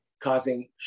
causing